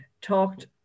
talked